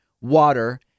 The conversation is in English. water